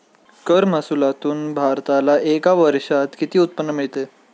कर महसुलातून भारताला एका वर्षात किती उत्पन्न मिळते?